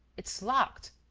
it's locked.